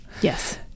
Yes